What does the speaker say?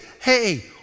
hey